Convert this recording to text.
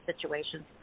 situations